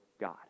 God